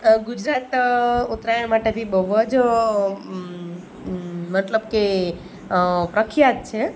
ગુજરાત ઉત્તરાયણ માટે બી બહું જ મતલબ કે પ્રખ્યાત છે